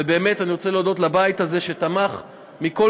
באמת אני רוצה להודות לבית הזה שתמך מכל